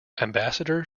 ambassador